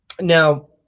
now